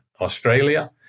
Australia